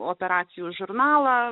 operacijų žurnalą